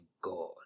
God